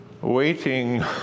waiting